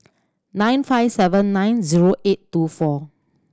nine five seven nine zero eight two four